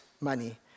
money